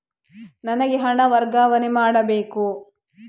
ನನಗೆ ಹಣ ವರ್ಗಾವಣೆ ಮಾಡಬೇಕು